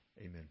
Amen